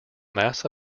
mass